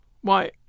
Why